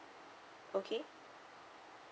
okay